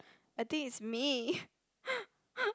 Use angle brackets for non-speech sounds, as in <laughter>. I think it's me <laughs>